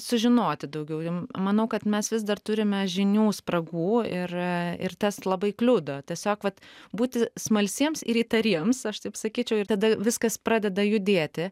sužinoti daugiau manau kad mes vis dar turime žinių spragų ir ir tas labai kliudo tiesiog vat būti smalsiems ir įtariems aš taip sakyčiau ir tada viskas pradeda judėti